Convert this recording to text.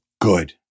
Good